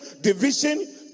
division